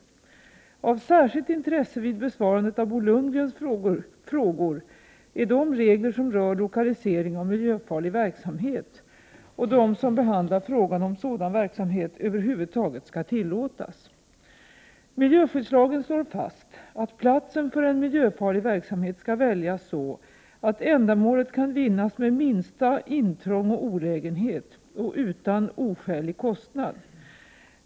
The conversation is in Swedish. Av särskilt intresse vid besvarandet av Bo Lundgrens frågor är de regler som rör lokalisering av miljöfarlig verksamhet och de som behandlar frågan om sådan verksamhet över huvud taget skall tillåtas. Miljöskyddslagen slår fast att platsen för en miljöfarlig verksamhet skall väljas så, att ändamålet kan vinnas med minsta intrång och olägenhet och utan oskälig kostnad.